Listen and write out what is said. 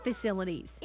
facilities